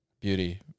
beauty